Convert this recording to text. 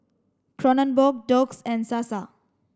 Kronenbourg Doux and Sasa